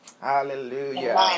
Hallelujah